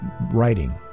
writing